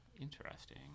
Interesting